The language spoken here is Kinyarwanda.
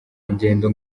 ngendo